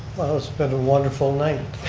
well, it's been a wonderful night.